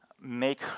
make